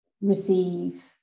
receive